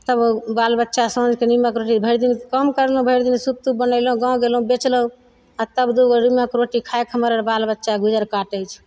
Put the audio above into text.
तब बाल बच्चा साँझ कऽ नीमक रोटी भरि दिन काम करलहुँ भरि दिन सूप तूप बनेलहुँ गाँव गेलहुँ बेचलहुँ आओर आ तब दू गो नीमक रोटी खा कऽ हमर बाल बच्चा गुजर काटय छै